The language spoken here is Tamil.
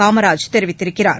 காமராஜ் தெரிவித்திருக்கிறார்